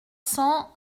cents